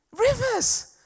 Rivers